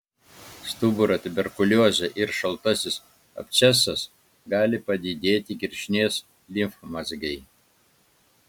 stuburo tuberkuliozė ir šaltasis abscesas gali padidėti kirkšnies limfmazgiai